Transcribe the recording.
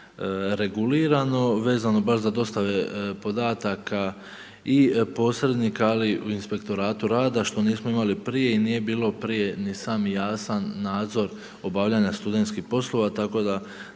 regulirano vezano baš za dostave podataka i posrednika, ali i u Inspektoratu rada što nismo imali prije i nije bilo prije ni sam jasan nadzor obavljanja studentskih poslova. Tako da